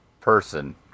person